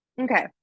okay